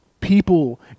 people